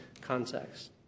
context